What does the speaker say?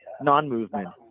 non-movement